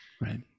Right